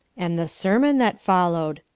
and the sermon that followed!